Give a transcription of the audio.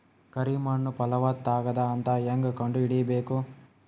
ಕರಿ ಮಣ್ಣು ಫಲವತ್ತಾಗದ ಅಂತ ಹೇಂಗ ಕಂಡುಹಿಡಿಬೇಕು?